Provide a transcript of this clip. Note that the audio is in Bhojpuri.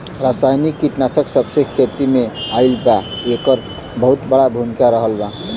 रासायनिक कीटनाशक जबसे खेती में आईल बा येकर बहुत बड़ा भूमिका रहलबा